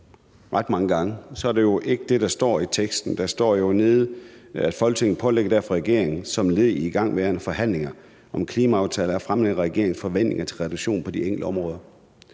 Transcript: ret mange gange. Det er jo ikke det, der står i teksten. Der står jo: »Folketinget pålægger derfor regeringen, som led i de igangværende forhandlinger om en klimaaftale, at fremlægge regeringens forventninger til reduktioner på de enkelte områder.«